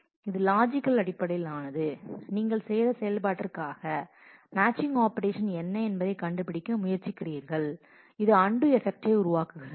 இது லாஜிக்கல் அடிப்படையிலானது நீங்கள் செய்த செயல்பாட்டிற்காக மேட்சிங் ஆபரேஷன் என்ன என்பதை கண்டுபிடிக்க முயற்சிக்கிறீர்கள் இது அன்டூ எபெக்ட்டை உருவாக்குகிறது